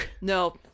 no